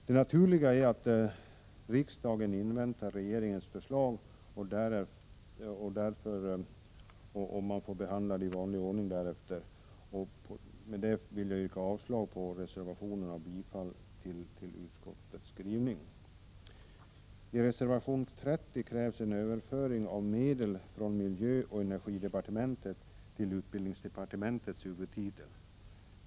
Det naturliga är att riksdagen inväntar regeringens förslag och därefter behandlar det i vanlig ordning. Jag yrkar därför avslag på reservationerna och bifall till utskottets skrivning. I reservation 30 krävs en överföring av medel från miljöoch energidepartementet till utbildningsdepartementets huvudtitel.